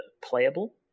playable